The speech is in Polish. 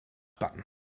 pan